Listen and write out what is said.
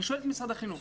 אני שואל את משרד החינוך: